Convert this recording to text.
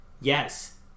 Yes